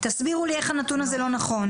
תסבירו לי איך הנתון הזה לא נכון.